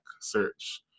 search